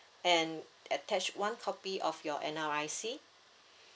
and attach one copy of your N_R_I_C